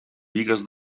bigues